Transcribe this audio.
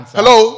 Hello